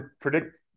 predict